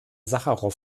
sacharow